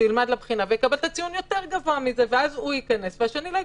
שילמד לבחינה ויקבל ציון יותר גבוה מהם ואז הוא ייכנס ואחר לא ייכנס.